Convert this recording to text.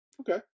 okay